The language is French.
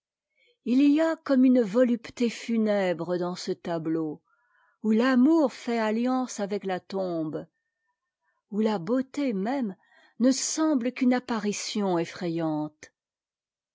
il y a comme une volupté funèbre dans ce tableau où l'amour fait alliance avec la tombe où la beauté même ne semble qu'une apparition effrayante